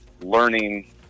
learning